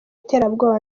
iterabwoba